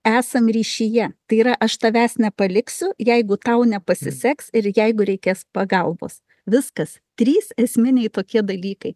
esam ryšyje tai yra aš tavęs nepaliksiu jeigu tau nepasiseks ir jeigu reikės pagalbos viskas trys esminiai tokie dalykai